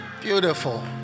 Beautiful